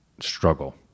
struggle